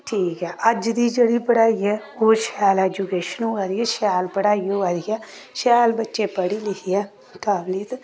ठीक ऐ अज्ज दी जेह्ड़ी पढ़ाई ऐ ओह् शैल ऐजुकेशन होआ दी ऐ शैल पढ़ाई होआ दी ऐ शैल बच्चे पढ़ी लिखियै काबलियत